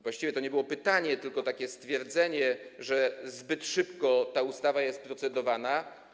Właściwie to nie było pytanie, tylko takie stwierdzenie, że zbyt szybko ta ustawa jest procedowana.